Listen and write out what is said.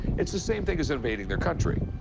it's the same thing as invading their country.